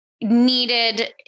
needed